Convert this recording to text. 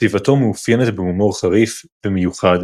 כתיבתו מאופיינת בהומור חריף ומיוחד